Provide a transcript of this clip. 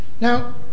Now